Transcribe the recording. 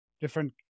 different